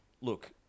look